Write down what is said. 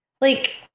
Like-